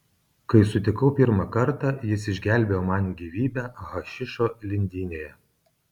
kai sutikau pirmą kartą jis išgelbėjo man gyvybę hašišo lindynėje